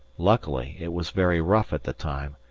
luckily it was very rough at the time,